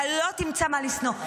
אתה לא תמצא מה לשנוא.